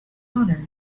honor